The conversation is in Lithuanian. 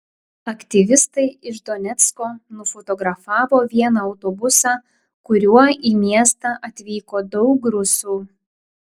aktyvistai iš donecko nufotografavo vieną autobusą kuriuo į miestą atvyko daug rusų